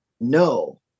no